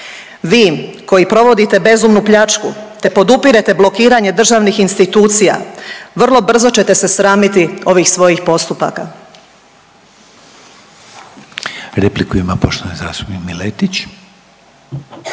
Vi koji provodite bezumnu pljačku, te podupirete blokiranje državnih institucija vrlo brzo ćete se sramiti ovih svojih postupaka.